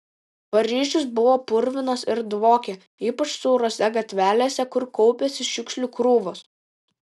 paryžius buvo purvinas ir dvokė ypač siaurose gatvelėse kur kaupėsi šiukšlių krūvos